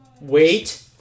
Wait